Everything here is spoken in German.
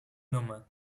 nummer